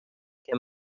que